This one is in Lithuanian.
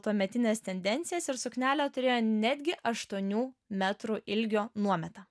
tuometines tendencijas ir suknelė turėjo netgi aštuonių metrų ilgio nuometą